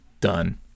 done